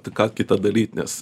t ką kita daryt nes